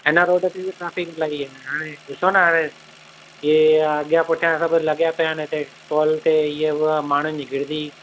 हिन रोड ते बि ट्राफ़िक इलाही आहे हाणे ॾिसो न हाणे हीउ अॻियां पुठियां सभु लॻिया पिया आहिनि हिते स्टॉल ते हिते हीअं हूंअं हाणे माण्हुनि जी गरदी